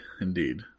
Indeed